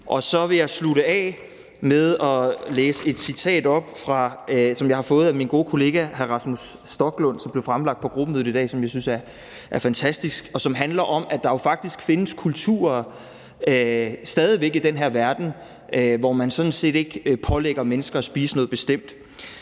Så vil jeg slutte af med at læse et citat op, som jeg har fået af min gode kollega hr. Rasmus Stoklund, og som blev fremlagt på gruppemødet i dag, og som jeg synes er fantastisk. Det handler om, at der jo faktisk stadig væk findes kulturer i den her verden, hvor man sådan set ikke pålægger mennesker at spise noget bestemt.